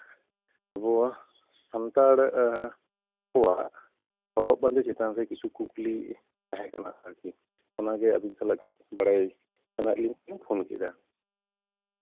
ᱟᱵᱚ ᱥᱟᱱᱛᱟᱲ ᱠᱚᱣᱟᱜ ᱦᱚᱨᱚᱜ ᱵᱟᱸᱫᱮ ᱪᱮᱛᱟᱱ ᱨᱮ ᱠᱤᱪᱷᱩ ᱠᱩᱠᱞᱤ ᱛᱟᱦᱮᱸᱠᱟᱱᱟ ᱟᱨᱠᱤ ᱚᱱᱟᱜᱮ ᱟ ᱵᱤᱱ ᱥᱟᱞᱟᱜ ᱠᱟᱺᱪ ᱵᱟᱲᱟᱭ ᱥᱟᱱᱟᱭᱮᱫᱛᱮ ᱯᱷᱩᱱ ᱠᱮᱫᱟ